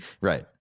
right